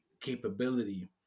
capability